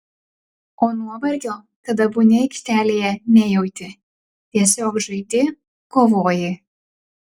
o nuovargio kada būni aikštelėje nejauti tiesiog žaidi kovoji